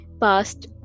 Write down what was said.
Past